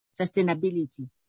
sustainability